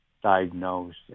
Diagnosed